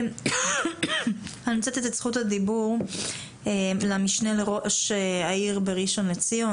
אני רוצה לתת את זכות הדיבור למשנה לראש העיר ראשל"צ,